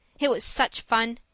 it was such fun!